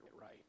right